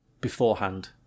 beforehand